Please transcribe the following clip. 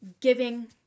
Giving